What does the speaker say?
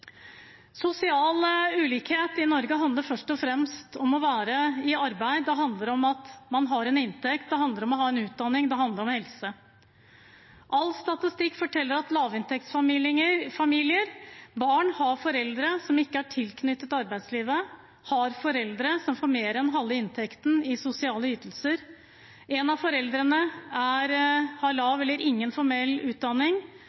være i arbeid, det handler om å ha en inntekt, det handler om å ha en utdanning, det handler om helse. All statistikk forteller at barn i lavinntektsfamilier har foreldre som ikke er tilknyttet arbeidslivet har foreldre som får mer enn halve inntekten i sosiale ytelser har foreldre der en av dem har lav eller ingen formell utdanning